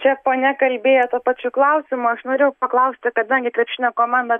čia ponia kalbėjo tuo pačiu klausimu aš norėjau paklausti kadangi krepšinio komanda